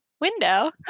window